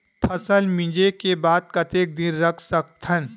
फसल मिंजे के बाद कतेक दिन रख सकथन?